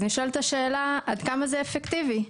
אז נשאלת השאלה עד כמה זה אפקטיבי,